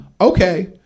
okay